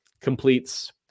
completes